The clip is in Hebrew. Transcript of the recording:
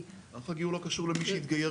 --- מערך הגיור לא קשור למי שהתגייר פה.